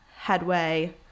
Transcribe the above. headway